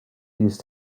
these